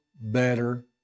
better